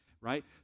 right